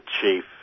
chief